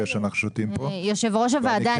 אני כן ארצה --- יושב ראש הוועדה,